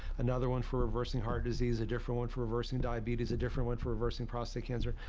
another one for reversing heart disease, a different one for reversing diabetes, a different one for reversing prostate cancer.